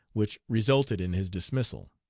which resulted in his dismissal.